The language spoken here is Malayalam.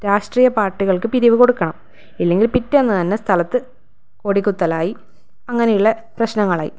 രാഷ്ട്രീയ പാർട്ടികൾക്ക് പിരിവ് കൊടുക്കണം ഇല്ലെങ്കിൽ പിറ്റേന്നു തന്നെ സ്ഥലത്തു കൊടികുത്തലായി അങ്ങനെയുള്ള പ്രശ്നങ്ങളായി